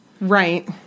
Right